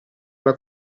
alla